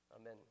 Amen